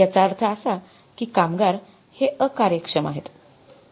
याचा अर्थ असा कि कामगार हे अकार्यक्षम आहेत